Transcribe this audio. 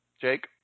Jake